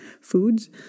foods